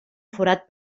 forat